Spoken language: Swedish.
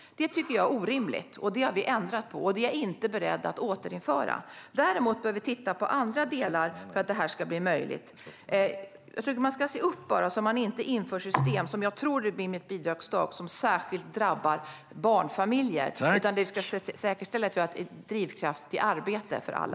Det tycker jag är orimligt, och det har vi ändrat på. Jag är inte beredd att återinföra det. Däremot bör vi titta på andra delar för att det här ska bli möjligt. Jag tycker bara att man ska se upp, så att man inte inför system som särskilt drabbar barnfamiljer, vilket jag tror blir fallet med ett bidragstak. Det som systemen ska säkerställa är drivkraft till arbete för alla.